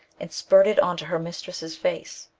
and spirted on to her mistress's face.